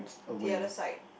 the other side